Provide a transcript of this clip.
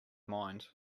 mind